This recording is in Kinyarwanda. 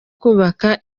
kubaka